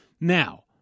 Now